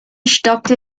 stockte